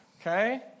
okay